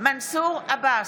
מנסור עבאס,